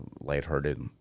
lighthearted